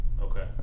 Okay